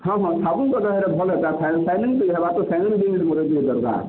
ହଁ ହଁ ଭଲ୍ ହେଇ ସାଇନିଂ ଟିକେ ହେବା ତ ସାଇନିଂ ବି ଦରକାର